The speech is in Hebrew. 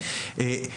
תודה